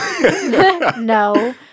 No